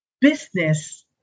business